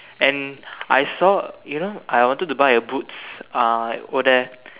and I saw you know I wanted to buy a boots uh over there